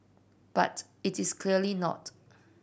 but it is clearly not